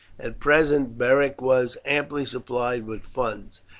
at present beric was amply supplied with funds,